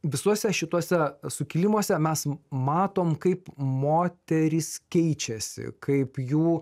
visuose šituose sukilimuose mes matom kaip moterys keičiasi kaip jų